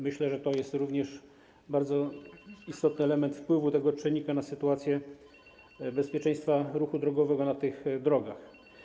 Myślę, że to jest również bardzo istotny element - wpływ tego czynnika na sytuację dotyczącą bezpieczeństwa ruchu drogowego na tych drogach.